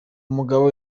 mugabo